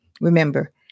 Remember